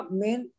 main